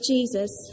Jesus